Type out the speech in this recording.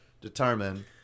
determine